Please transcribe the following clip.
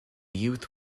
youth